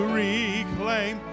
reclaim